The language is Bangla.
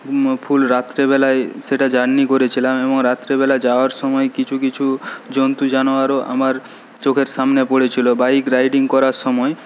ফুল রাত্রিবেলায় সেটা জার্নি করেছিলাম এবং রাত্রিবেলা যাওয়ার সময় কিছু কিছু জন্তু জানোয়ারও আমার চোখের সামনে পড়েছিল বাইক রাইডিং করার সময়